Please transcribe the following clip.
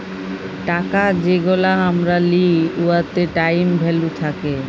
টাকা যেগলা আমরা লিই উয়াতে টাইম ভ্যালু থ্যাকে